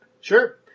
Sure